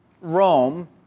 Rome